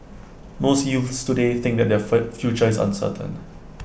most youths today think that their fur future is uncertain